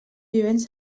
vivents